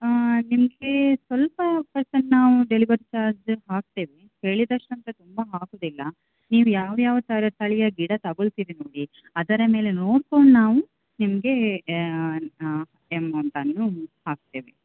ನಿಮಗೆ ಸ್ವಲ್ಪ ಪರ್ಸಂಟ್ ನಾವು ಡೆಲಿವರಿ ಚಾರ್ಜ್ ಹಾಕ್ತೇವೆ ಹೇಳಿದಷ್ಟು ಅಂದರೆ ತುಂಬ ಹಾಕುವುದಿಲ್ಲ ನೀವು ಯಾವ್ಯಾವ ಥರ ತಳಿಯ ಗಿಡ ತಗೊಳ್ತೀರಿ ನೋಡಿ ಅದರ ಮೇಲೆ ನೋಡ್ಕೊಂಡು ನಾವು ನಿಮಗೆ ಎಮೌಂಟನ್ನು ಹಾಕ್ತೇವೆ